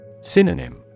Synonym